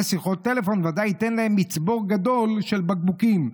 שיחות טלפון ודאי ייתן להם מצבור גדול של בקבוקים.